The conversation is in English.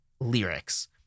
lyrics